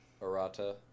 Arata